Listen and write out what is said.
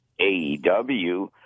AEW